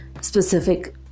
specific